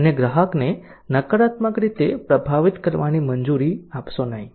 અન્ય ગ્રાહકને નકારાત્મક રીતે પ્રભાવિત કરવાની મંજૂરી આપશો નહીં